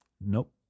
Nope